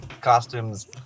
costumes